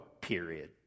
period